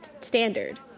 standard